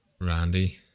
Randy